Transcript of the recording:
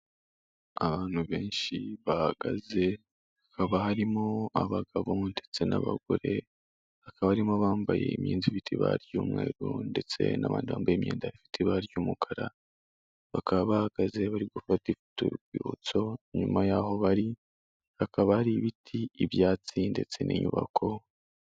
Abantu benshi bahagaze, hakaba harimo abagabo ndetse n'abagore, hakaba harimo abambaye imyenda ifite ibara ry'umweru ndetse n'abandi bambaye imyenda ifite ibara ry'umukara, bakaba bahagaze bari gufata ifoto y'urwibutso, inyuma y'aho bari, hakaba hari ibiti ibyatsi ndetse n'inyubako.